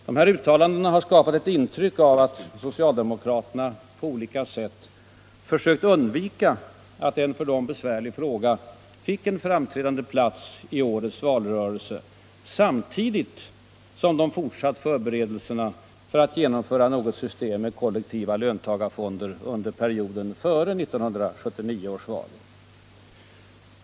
De uttalandena har skapat ett intryck av att socialdemokraterna på olika sätt försökt undvika att en för dem besvärlig fråga fick en framträdande plats i årets valrörelse, samtidigt som de fortsatt förberedelserna för att genomföra något system med kollektiva löntagarfonder under perioden före 1979 års val.